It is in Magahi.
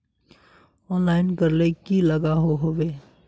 ऑनलाइन करले की लागोहो होबे?